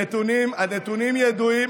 הנתונים ידועים,